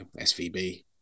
SVB